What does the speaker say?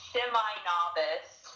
semi-novice